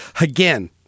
Again